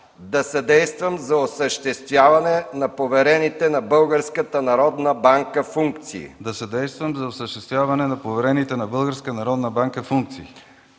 да съдействам за осъществяване на поверените на